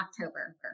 October